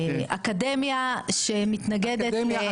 מפנה לאקדמיה שמתנגדת -- שגית תני לי,